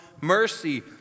mercy